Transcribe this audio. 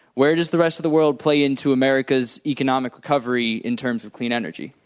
where does the rest of the world play into america's economic recovery in terms of clean energy?